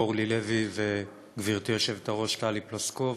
אורלי לוי וגברתי היושבת-ראש טלי פלוסקוב.